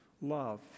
Love